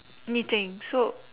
knitting so